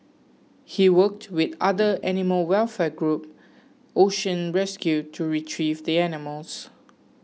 he worked with other animal welfare group Ocean Rescue to retrieve the animals